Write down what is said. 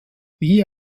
wie